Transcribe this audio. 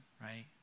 right